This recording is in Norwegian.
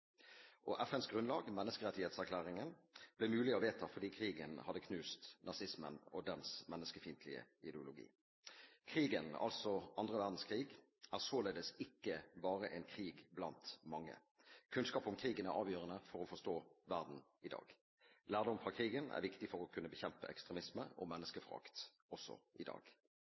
FNs grunnlag, menneskerettighetserklæringen, ble mulig å vedta fordi krigen hadde knust nazismen og dens menneskefiendtlige ideologi. Krigen, altså annen verdenskrig, er således ikke bare en krig blant mange. Kunnskap om krigen er avgjørende for å forstå verden i dag. Lærdom fra krigen er viktig for å kunne bekjempe ekstremisme og menneskeforakt, også i dag.